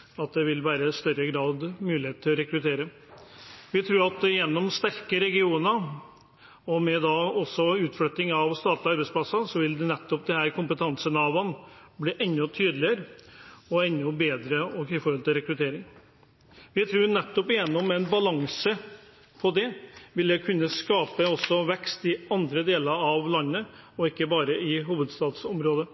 dem også vil føre til at det vil bli større mulighet til å rekruttere. Vi tror at gjennom sterke regioner og med utflytting av statlige arbeidsplasser vil nettopp disse kompetansenavene bli enda tydeligere og enda bedre sett i forhold til rekruttering. Vi tror nettopp at gjennom en balanse her vil man kunne skape vekst i andre deler av landet og ikke bare i hovedstadsområdet.